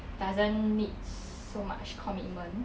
doesn't need so much commitment